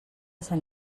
sant